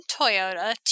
Toyota